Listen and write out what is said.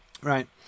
Right